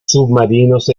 submarinos